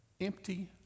empty